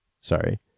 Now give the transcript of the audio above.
sorry